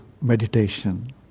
meditation